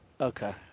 Okay